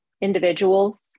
individuals